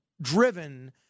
driven